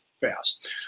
fast